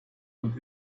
und